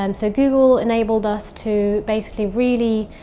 um so google enabled us to basically really